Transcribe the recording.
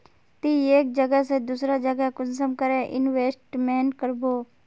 ती एक जगह से दूसरा जगह कुंसम करे इन्वेस्टमेंट करबो?